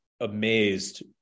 amazed